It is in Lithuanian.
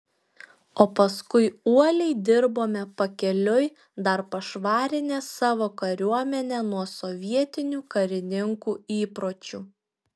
o paskui uoliai dirbome pakeliui dar pašvarinę savo kariuomenę nuo sovietinių karininkų įpročių